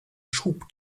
schub